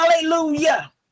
hallelujah